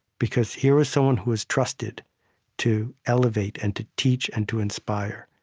because here is someone who is trusted to elevate and to teach and to inspire,